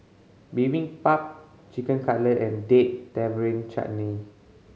Bibimbap Chicken Cutlet and Date Tamarind Chutney